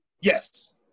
Yes